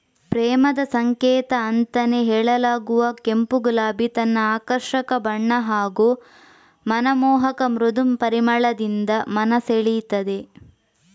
ಪ್ರೇಮದ ಸಂಕೇತ ಅಂತಾನೇ ಹೇಳಲಾಗುವ ಕೆಂಪು ಗುಲಾಬಿ ತನ್ನ ಆಕರ್ಷಕ ಬಣ್ಣ ಹಾಗೂ ಮನಮೋಹಕ ಮೃದು ಪರಿಮಳದಿಂದ ಮನ ಸೆಳೀತದೆ